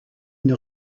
une